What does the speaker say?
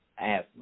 asthma